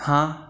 हाँ